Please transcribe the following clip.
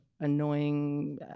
annoying